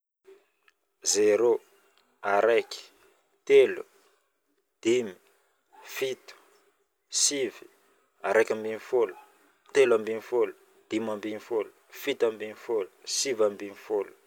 Zéro, araiky, telo, dimy, fito, sivy, araika ambin'ny folo, telo ambin'ny folo, dimy ambin'ny folo, fito ambin'ny folo, sivy ambin'ny folo